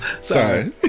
sorry